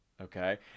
Okay